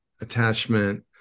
attachment